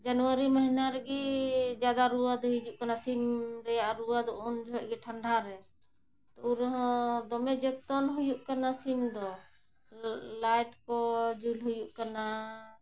ᱡᱟᱱᱩᱣᱟᱨᱤ ᱢᱟᱹᱦᱱᱟᱹ ᱨᱮᱜᱮ ᱡᱟᱫᱟ ᱨᱩᱣᱟᱹ ᱫᱚ ᱦᱤᱡᱩᱜ ᱠᱟᱱᱟ ᱥᱤᱢ ᱨᱮᱱᱟᱜ ᱨᱩᱣᱟᱹ ᱫᱚ ᱩᱱ ᱡᱚᱦᱚᱜ ᱜᱮ ᱴᱷᱟᱱᱰᱟᱨᱮ ᱛᱚ ᱩᱱ ᱨᱮᱦᱚᱸ ᱫᱚᱢᱮ ᱡᱚᱛᱚᱱ ᱦᱩᱭᱩᱜ ᱠᱟᱱᱟ ᱥᱤᱢ ᱫᱚ ᱞᱟᱭᱤᱴ ᱠᱚ ᱡᱩᱞ ᱦᱩᱭᱩᱜ ᱠᱟᱱᱟ